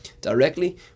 directly